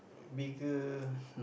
bigger